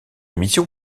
mission